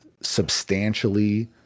substantially